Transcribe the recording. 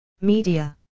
Media